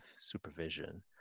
supervision